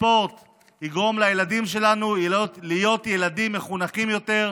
יגרום לילדים שלנו להיות ילדים מחונכים יותר,